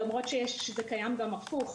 למרות שזה קיים גם הפוך,